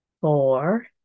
four